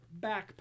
backpack